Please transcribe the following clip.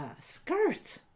skirt